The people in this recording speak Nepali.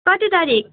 कति तारिक